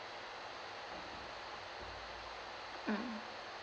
mm